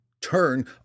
Turn